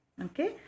okay